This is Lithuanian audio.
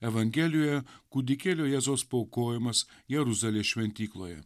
evangelijoje kūdikėlio jėzaus paaukojimas jeruzalės šventykloje